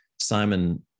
Simon